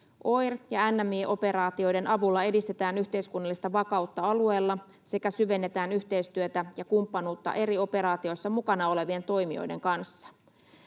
OIR- ja NMI-operaatioiden avulla edistetään yhteiskunnallista vakautta alueella sekä syvennetään yhteistyötä ja kumppanuutta eri operaatioissa mukana olevien toimijoiden kanssa.